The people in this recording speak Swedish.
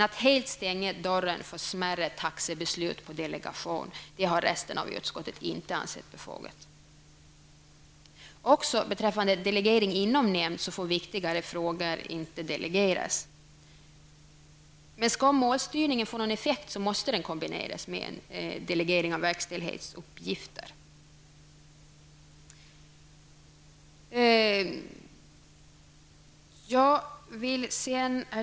Att helt stänga dörren för smärre taxebeslut på delegation har resten av utskottet inte ansett befogat. Beträffande delegering inom nämnd får viktigare frågor inte delegeras. Skall målstyrningen få någon effekt måste den kombineras med delegering av verkställighetsuppgifter. Herr talman!